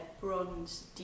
bronze